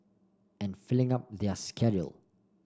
and filling up their schedule